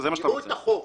זה מה שאתה רוצה?